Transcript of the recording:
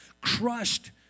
crushed